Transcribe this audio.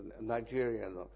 Nigerian